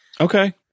Okay